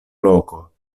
loko